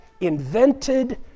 invented